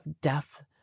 death